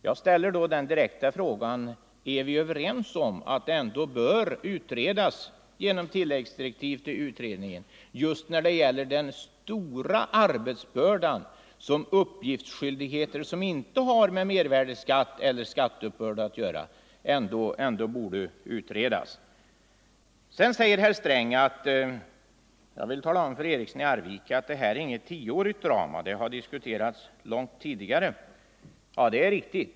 Jag ställer då den direkta frågan: Är vi överens om att frågan om den stora arbetsbörda, som förorsakas av uppgiftsskyldighet som inte har med mervärdeskatt eller skatteuppbörd att göra, bör utredas genom att utredningen får tilläggsdirektiv? Herr Sträng ville tala om för mig att det här inte är något tioårigt drama — det har diskuterats långt tidigare. Ja, det är riktigt.